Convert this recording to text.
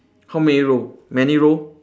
how many row many row